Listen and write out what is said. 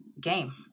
game